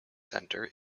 center